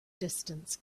distance